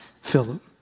Philip